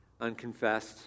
unconfessed